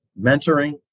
mentoring